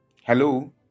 Hello